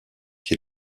qui